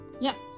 Yes